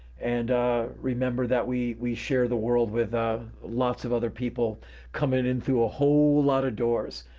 and remember that we we share the world with ah lots of other people coming in through a whole lot of doors,